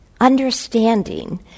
understanding